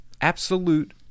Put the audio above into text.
absolute